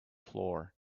floor